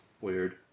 Weird